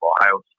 Ohio